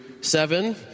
seven